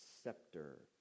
scepter